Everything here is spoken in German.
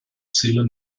ziele